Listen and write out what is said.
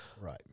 Right